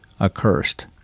accursed